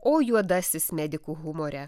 o juodasis medikų humore